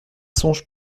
songes